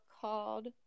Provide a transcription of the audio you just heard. called